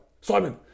Simon